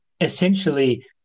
Essentially